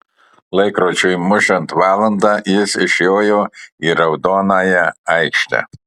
laikrodžiui mušant valandą jis išjojo į raudonąją aikštę